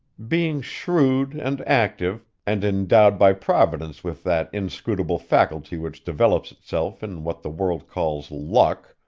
being shrewd and active, and endowed by providence with that inscrutable faculty which develops itself in what the world calls luck,